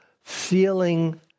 feeling